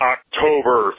October